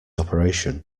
operation